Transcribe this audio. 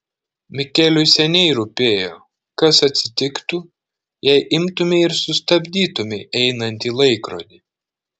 mikeliui seniai rūpėjo kas atsitiktų jei imtumei ir sustabdytumei einantį laikrodį